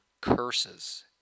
curses